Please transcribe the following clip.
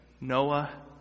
Noah